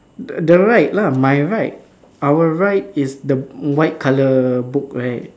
the the right lah my right our right is the white colour book right